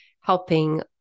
helping